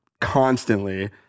constantly